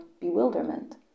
bewilderment